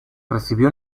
recibió